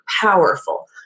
powerful